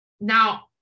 now